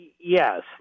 Yes